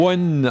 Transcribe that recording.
One